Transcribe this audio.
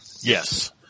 Yes